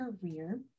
career